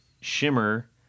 shimmer